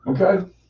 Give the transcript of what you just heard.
Okay